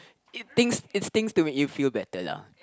it stinks it stinks to make you feel better lah